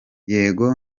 yego